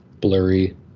blurry